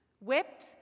whipped